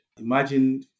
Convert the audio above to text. Imagine